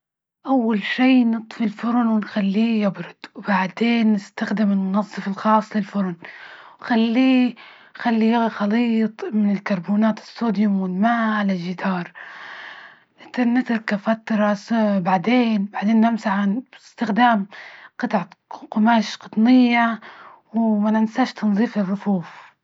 أول شي نطفي الفرن ونخليه يبرد وبعدين نستخدم المنظف الخاص للفرن وخليه- خليه خليط من الكربونات الصوديوم والماء على الجدار، كفترة س بعدين- بعدين نمسحه باستخدام قطع قماش قطنية، وما ننساش تنظيف الرفوف.